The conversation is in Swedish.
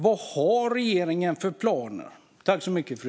Vad har regeringen för planer?